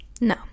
No